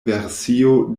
versio